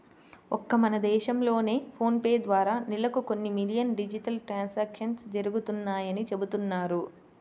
ఒక్క మన దేశంలోనే ఫోన్ పే ద్వారా నెలకు కొన్ని మిలియన్ల డిజిటల్ ట్రాన్సాక్షన్స్ జరుగుతున్నాయని చెబుతున్నారు